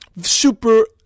super